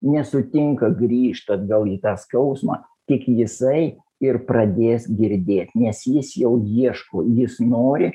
nesutinka grįžta atgal į tą skausmą tik jisai ir pradės girdėt nes jis jau ieško jis nori